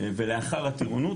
ולאחר הטירונות,